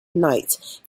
knight